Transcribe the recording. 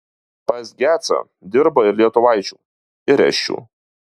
pas gecą dirba ir lietuvaičių ir esčių